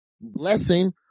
blessing